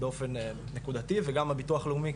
באופן נקודתי וגם הביטוח לאומי,